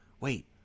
wait